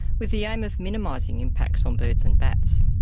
with the aim of minimising impacts on birds and bats.